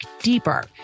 deeper